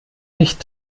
nicht